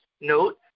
Note